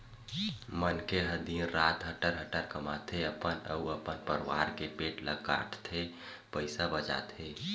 मनखे ह दिन रात हटर हटर कमाथे, अपन अउ अपन परवार के पेट ल काटके पइसा बचाथे